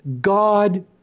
God